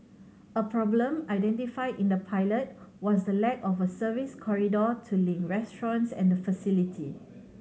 a problem identified in the pilot was the lack of a service corridor to link restaurants and the facility